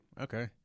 Okay